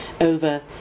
over